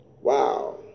Wow